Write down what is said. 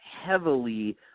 heavily